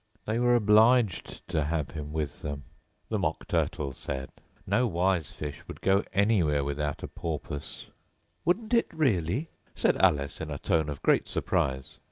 they were obliged to have him with them the mock turtle said no wise fish would go anywhere without a porpoise wouldn't it really said alice in a tone of great surprise.